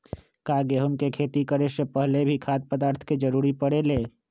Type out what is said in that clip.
का गेहूं के खेती करे से पहले भी खाद्य पदार्थ के जरूरी परे ले?